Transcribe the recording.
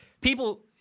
people